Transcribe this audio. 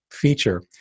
feature